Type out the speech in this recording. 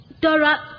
Dora